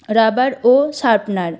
rubber ও sharpener